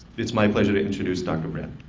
it's my pleasure to introduce dr. brand.